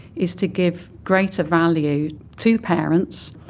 is to give greater value to parents,